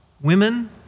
women